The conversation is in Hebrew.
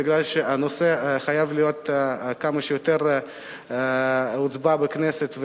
כי הנושא חייב להיות מוצבע כמה שיותר מהר בכנסת,